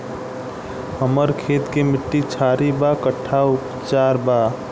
हमर खेत के मिट्टी क्षारीय बा कट्ठा उपचार बा?